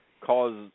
cause